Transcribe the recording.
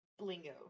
Blingo